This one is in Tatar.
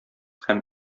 һәм